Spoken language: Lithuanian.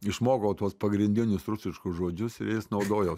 išmokau tuos pagrindinius rusiškus žodžius naudojau